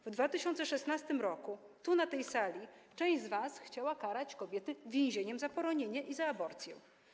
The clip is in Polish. W 2016 r. tu, na tej sali, część z was chciała karać kobiety więzieniem za poronienie i za aborcję.